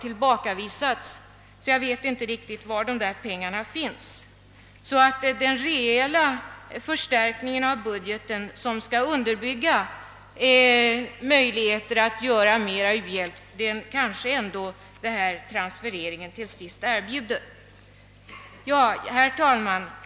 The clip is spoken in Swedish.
Jag är alltså inte på det klara med var dessa pengar finns, och den reella förstärkning av budgeten, som skall underbygga möjligheterna att ge mera u-hjälp, får kanske ändå till sist erbjudas genom den transferering jag redogjort för. Herr talman!